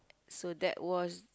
so that was